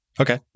Okay